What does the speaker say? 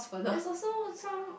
there's also some